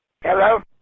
Hello